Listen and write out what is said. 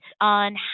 on